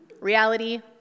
Reality